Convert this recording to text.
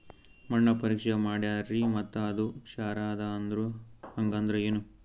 ಮಣ್ಣ ಪರೀಕ್ಷಾ ಮಾಡ್ಯಾರ್ರಿ ಮತ್ತ ಅದು ಕ್ಷಾರ ಅದ ಅಂದ್ರು, ಹಂಗದ್ರ ಏನು?